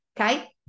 Okay